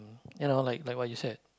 ya lor like like what you said